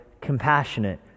compassionate